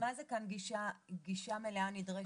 אז מה זה כאן גישה מלאה נדרשת לפי חוק?